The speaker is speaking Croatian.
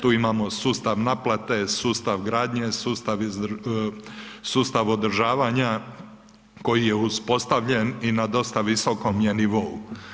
Tu imamo sustav naplate, sustav gradnje, sustav održavanja koji je uspostavljen i na dosta visokom je nivou.